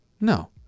No